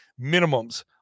minimums